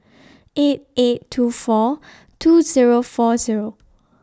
eight eight two four eight Zero four Zero